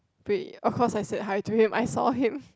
wait of course I say hi to him I saw him